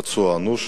פצוע אנוש